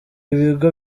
ibigo